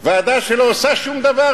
ועדה שלא עושה שום דבר,